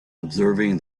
observing